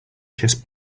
kiss